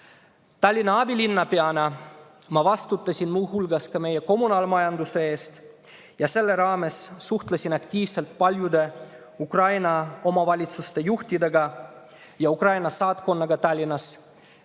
Tallinna abilinnapeana ma vastutasin muu hulgas meie kommunaalmajanduse eest ja selle raames suhtlesin aktiivselt paljude Ukraina omavalitsuste juhtidega ja Ukraina saatkonnaga Tallinnas,